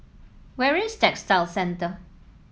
where is Textile Centre